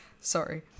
Sorry